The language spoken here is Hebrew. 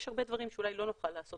יש הרבה דברים שאולי לא נוכל לעשות